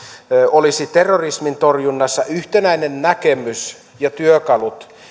olisi terrorismin torjunnassa yhtenäinen näkemys ja työkalut